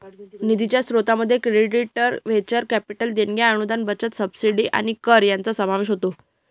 निधीच्या स्त्रोतांमध्ये credits venture capital देणग्या अनुदान बचत सबसिडी आणि कर यांचा समावेश होतो